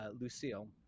Lucille